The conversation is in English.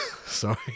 Sorry